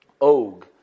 Og